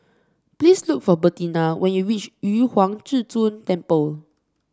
please look for Bertina when you reach Yu Huang Zhi Zun Temple